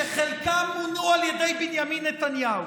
שחלקם מונו על ידי בנימין נתניהו,